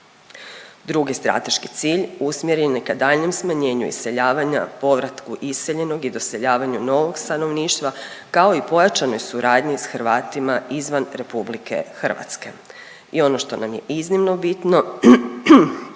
Drugi strateški cilj usmjeren je ka daljnjem smanjenju iseljavanja, povratku iseljenog i doseljavanju novog stanovništva kao i pojačanoj suradnji s Hrvatima izvan RH. I ono što nam je iznimno bitno